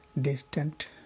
Distant